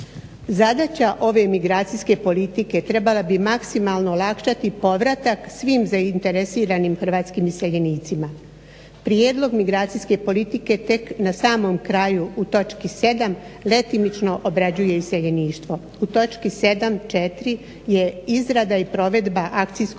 Zadaća ove migracijske politike trebala bi maksimalno olakšati povratak svim zainteresiranim hrvatskim iseljenicima. Prijedlog migracijske politike tek na samom kraju u točki 7. letimično obrađuje iseljeništvo. U točki 7.4. je izrada i provedba Akcijskog